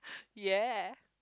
yeah